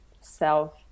self